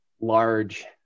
large